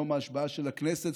ביום ההשבעה של הכנסת,